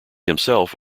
himself